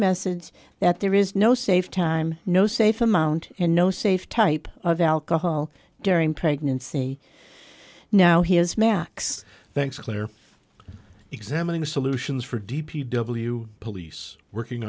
message that there is no safe time no safe amount and no safe type of alcohol during pregnancy now he has max thanks claire examining solutions for d p w police working